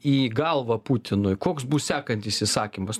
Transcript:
į galvą putinui koks bus sekantis įsakymas